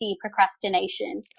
procrastination